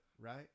right